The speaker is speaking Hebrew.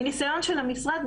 מניסיון של המשרד,